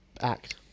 act